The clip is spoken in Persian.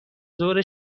ظهر